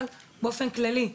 אבל באופן כללי,